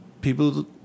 people